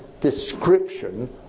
description